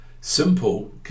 simple